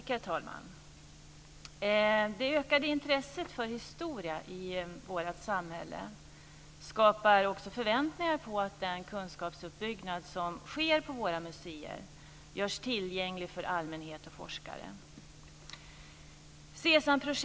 Herr talman! Det ökade intresset för historia i vårt samhälle skapar förväntningar på att den kunskapsuppbyggnad som sker på våra museer görs tillgänglig för allmänhet och forskare.